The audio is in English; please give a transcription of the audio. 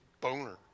boner